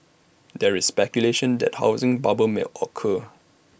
there is speculation that A housing bubble may occur